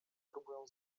próbują